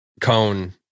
cone